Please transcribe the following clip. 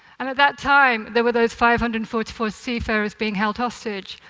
and at that time, there were those five hundred and forty four seafarers being held hostage,